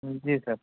جی سر